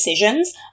decisions